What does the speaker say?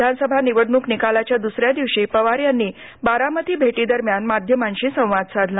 विधानसभा निवडणूक निकालाच्या दुसऱ्या दिवशी पवार यांनी बारामती भेटीदरम्यान माध्यमांशी संवाद साधला